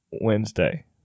Wednesday